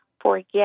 forget